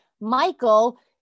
Michael